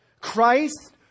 Christ